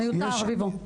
מיותר, רביבו.